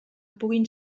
puguin